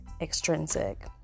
extrinsic